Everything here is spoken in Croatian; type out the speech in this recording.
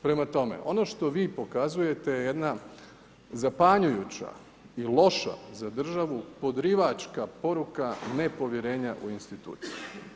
Prema tome, ono što vi pokazujete je jedna zapanjujuća i loša za državu podrivačka poruka nepovjerenja u institucije.